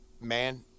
Man